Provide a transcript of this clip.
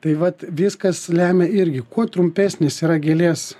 tai vat viskas lemia irgi kuo trumpesnis yra gėlės